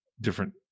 different